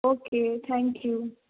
okay thank you